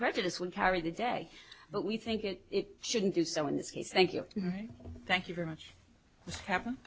prejudice will carry the day but we think it shouldn't do so in this case thank you thank you very much to happen